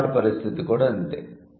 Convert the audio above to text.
red hot పరిస్థితి కూడా ఇంతే